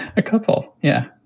a couple. yeah,